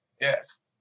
yes